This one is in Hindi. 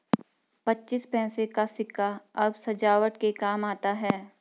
पच्चीस पैसे का सिक्का अब सजावट के काम आता है